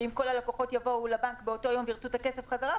שאם כל הלקוחות יבואו לבנק באותו יום וירצו את הכסף חזרה,